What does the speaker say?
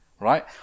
right